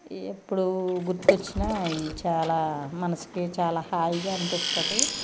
ఎప్పుడు గుర్తు వచ్చినా అవి చాలా మనసుకి చాలా హాయిగా అనిపిస్తుంది